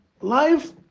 life